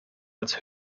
als